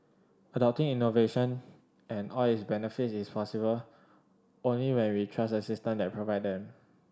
adopting innovation and all its benefits is possible only when we trust the system that provide them